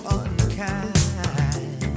unkind